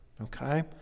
Okay